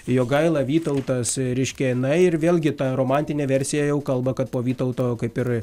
jogaila vytautas reiškia na ir vėlgi ta romantinė versija jau kalba kad po vytauto kaip ir